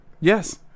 Yes